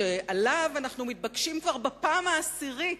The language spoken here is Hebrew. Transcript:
שעליו אנחנו מתבקשים כבר בפעם העשירית,